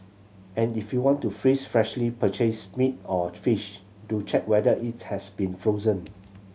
and if you want to freeze freshly purchased meat or fish do check whether it has been frozen